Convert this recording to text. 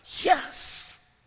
Yes